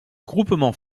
groupement